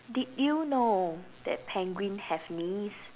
did you know that penguin have knees